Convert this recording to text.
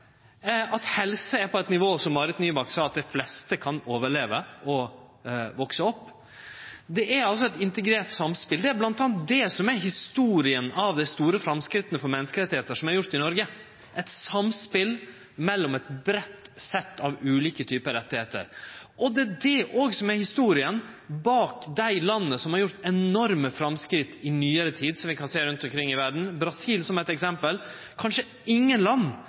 at helse er, som Marit Nybakk sa, på eit slikt nivå at dei fleste kan overleve og vekse opp. Det er altså eit integrert samspel. Det er bl.a. det som er historia bak dei store framstega for menneskerettane som er gjorde i Noreg – eit samspel mellom eit breitt sett av ulike typar rettar. Og det er òg det som er historia bak dei enorme framstega i nyare tid som vi kan sjå i ein del land rundt omkring i verda. Brasil er eit eksempel. Det er kanskje ingen land